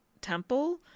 temple